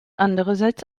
andererseits